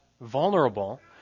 vulnerable